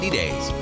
days